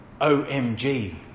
omg